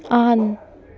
on